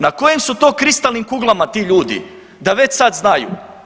Na kojim su to kristalnim ljudima ti ljudi da već sad znaju?